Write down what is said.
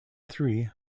three